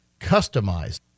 customized